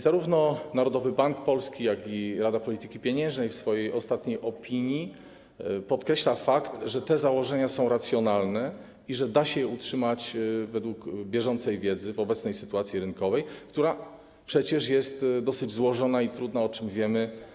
Zarówno Narodowy Bank Polski, jak i Rada Polityki Pieniężnej w swojej ostatniej opinii podkreślają fakt, że te założenia są racjonalne i że da się je utrzymać, według bieżącej wiedzy, w obecnej sytuacji rynkowej, która przecież jest dosyć złożona i trudna, o czym wiemy.